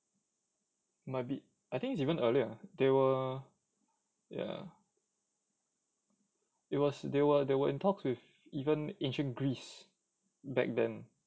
might be I think it's even earlier they were they were in talks with even ancient greece back then